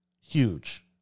Huge